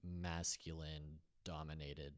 masculine-dominated